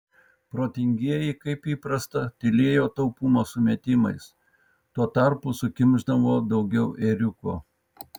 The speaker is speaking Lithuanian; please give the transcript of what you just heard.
protingieji kaip įprasta tylėjo taupumo sumetimais tuo tarpu sukimšdavo daugiau ėriuko